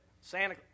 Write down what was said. Santa